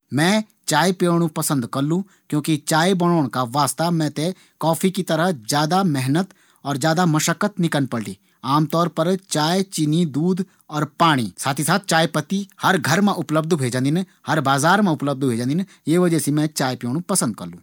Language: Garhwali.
मैं चाय पेणु पसंद करलू। क्योंकि चाय बणोंण का वास्ता मैं थें कॉफी की तरह ज्यादा मेहनत और मशक्कत नी करना पड़ली। आमतौर पर चायपत्ती, चीनी, दूध और पाणी हर घर मा उपलब्ध ह्वे जांदी ये वजह से मैं चाय पेंणु पसंद करलू।